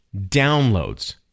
downloads